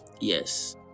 Yes